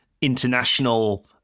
international